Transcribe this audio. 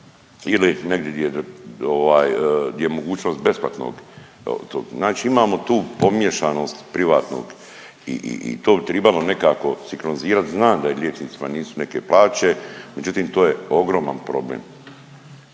ili negdje gdje je mogućnost besplatnog tog. Znači imamo tu pomiješanog privatnog i to bi tribalo nekako sinkronizirat. Znam da je liječnicima nisu neke plaće, međutim to je ogroman problem.